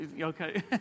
okay